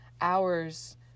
hours